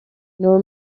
nor